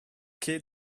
quai